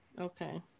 Okay